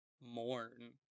mourn